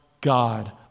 God